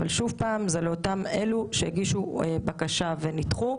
אבל שוב, זה לאותם אלו שהגישו בקשה ונדחו.